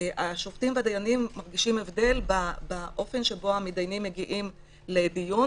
השופטים והדיינים מרגישים הבדל באופן שבו המתדיינים מגיעים לדיון,